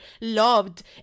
loved